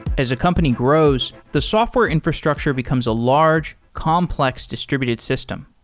as a company grows, the software infrastructure becomes a large complex distributed system.